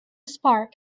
spark